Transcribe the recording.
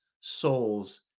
souls